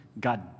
God